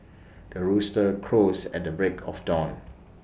the rooster crows at the break of dawn